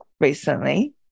recently